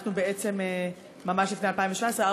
ואנחנו בעצם ממש לפני 2017,